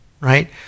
right